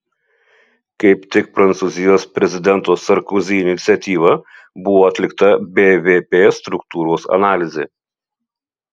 kaip tik prancūzijos prezidento sarkozi iniciatyva buvo atlikta bvp struktūros analizė